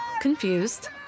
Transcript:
confused